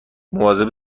مواظب